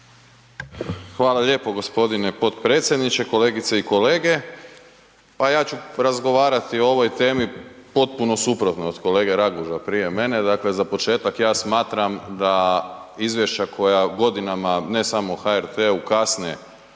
Hvala lijepo gospodine potpredsjedniče. Kolegice i kolege, pa ja ću razgovarati o ovoj temi potpuno suprotno od kolege Raguža prije mene. Dakle, za početak ja smatram da izvješća koja godinama ne samo HRT-u kasne